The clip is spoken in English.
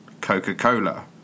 Coca-Cola